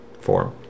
form